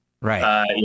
Right